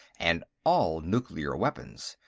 and all nuclear weapons.